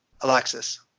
Alexis